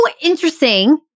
interesting